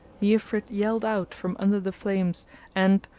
the ifrit yelled out from under the flames and,